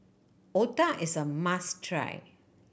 otah is a must try